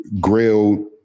grilled